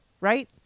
Right